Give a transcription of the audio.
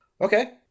Okay